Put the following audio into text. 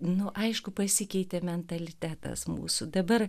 nu aišku pasikeitė mentalitetas mūsų dabar